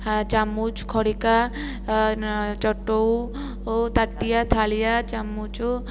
ହା ଚାମୁଚ ଖଡି଼କା ଚଟୁ ତାଟିଆ ଥାଳିଆ ଚାମୁଚ